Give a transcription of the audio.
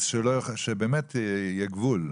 אז שבאמת יהיה גבול.